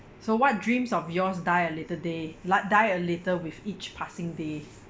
so what dreams of yours die a little day lie die a little with each passing day